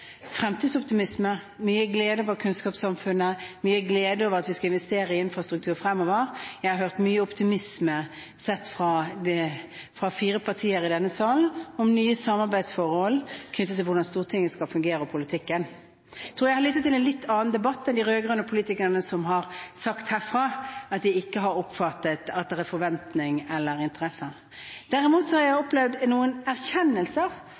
fremtidsoptimisme, mye glede over kunnskapssamfunnet, mye glede over at vi skal investere i infrastruktur fremover. Jeg har hørt mye optimisme sett fra fire partier i denne salen om nye samarbeidsforhold knyttet til hvordan Stortinget skal fungere, og til politikken. Jeg tror jeg har lyttet til en litt annen debatt enn de rød-grønne politikerne, som herfra har sagt at de ikke har oppfattet at det er forventning eller interesser. Derimot har jeg opplevd noen erkjennelser